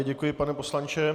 Děkuji vám, pane poslanče.